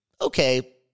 okay